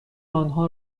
آنها